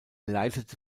leitete